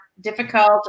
difficult